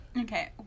okay